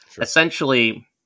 essentially